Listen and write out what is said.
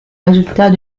résultats